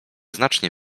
znacznie